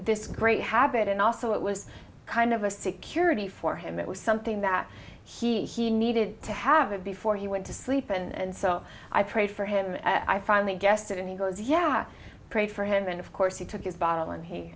this great habit and also it was kind of a security for him it was something that he he needed to have a before he went to sleep and so i prayed for him i finally guessed it and he goes yeah i prayed for him and of course he took his bottle and he